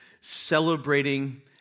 celebrating